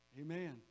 Amen